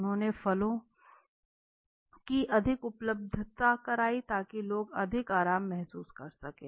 उन्होंने फलों की अधिक उपलब्धता कराई ताकि लोग अधिक आराम महसूस कर सके